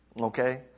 Okay